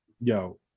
yo